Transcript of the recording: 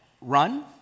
run